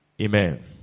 Amen